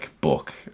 book